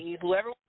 whoever